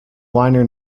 liner